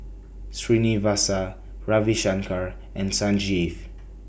Srinivasa Ravi Shankar and Sanjeev